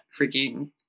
freaking